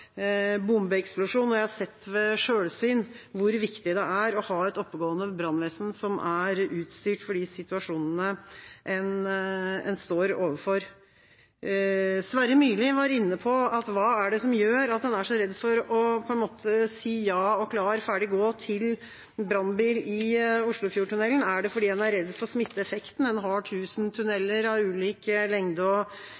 bombeeksplosjon, og jeg har sett ved selvsyn hvor viktig det er å ha et oppegående brannvesen som er utstyrt for de situasjonene en står overfor. Sverre Myrli var inne på hva det er som gjør at en er redd for å si ja og klar-ferdig-gå til brannbil i Oslofjordtunnelen – er det fordi en er redd for smitteeffekten? En har